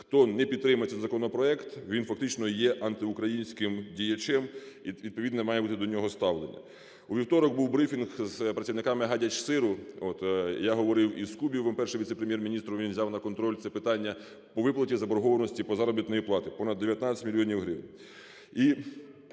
хто не підтримає цей законопроект, він фактично є антиукраїнським діячем і відповідне має бути до нього ставлення. У вівторок був брифінг з представниками "Гадячсиру". Я говорив і з Кубівим, Першим віце-прем'єр-міністром, він взяв на контроль це питання по виплаті заборгованості по заробітній платі понад 19 мільйонів